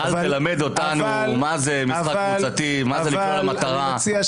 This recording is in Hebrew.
אל תלמד אותנו מה זה משחק קבוצתי ומה זה לקלוע למטרה.